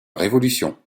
révolution